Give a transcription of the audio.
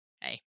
hey